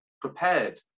prepared